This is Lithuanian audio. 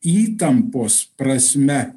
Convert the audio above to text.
įtampos prasme